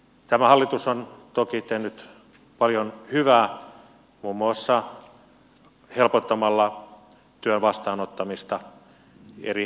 tämä hallitus on toki tehnyt paljon hyvää muun muassa helpottamalla työn vastaanottamista eri toimin